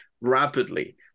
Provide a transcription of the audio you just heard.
rapidly